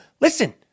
Listen